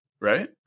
right